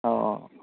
অঁ অঁ